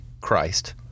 Christ